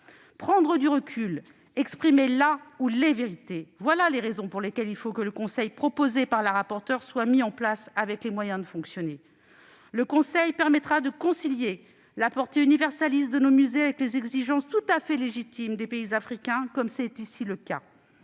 Prendre du recul, exprimer la ou les vérités, voilà les raisons pour lesquelles il faut que le conseil proposé par la rapporteure soit mis en place, avec les moyens de fonctionner. Son travail permettra de concilier la portée universaliste de nos musées avec les exigences tout à fait légitimes des pays africains, comme c'est ici le cas.